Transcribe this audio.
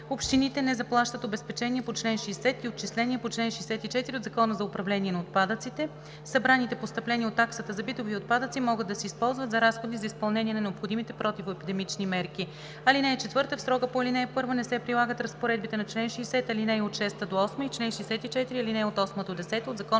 общините не заплащат обезпечения по чл. 60 и отчисления по чл. 64 от Закона за управление на отпадъците. Събраните постъпления от таксата за битови отпадъци могат да се използват за разходи за изпълнение на необходимите противоепидемични мерки. (4) В срока на ал. 1 не се прилагат разпоредбите на чл. 60, ал. 6 – 8 и чл. 64, ал. 8 – 10 от Закона за отпадъците.